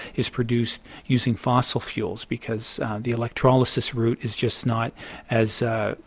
is produced using fossil fuels, because the electrolysis route is just not as ah